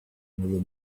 another